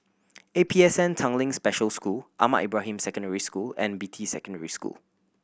A P S N Tanglin Special School Ahmad Ibrahim Secondary School and Beatty Secondary School